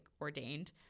ordained